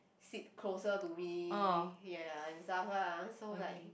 sit closer to me ya ya and stuff lah so like